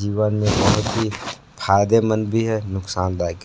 जीवन में बहुत ही फायदेमंद भी है नुकसानदायक भी है